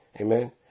Amen